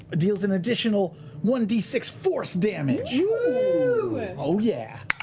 deals an additional one d six force damage! oh oh yeah!